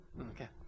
okay